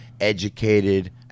educated